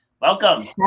Welcome